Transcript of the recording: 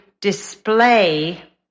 display